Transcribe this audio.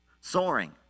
Soaring